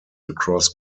across